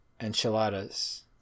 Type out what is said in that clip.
enchiladas